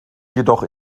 jedoch